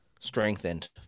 strengthened